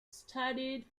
studied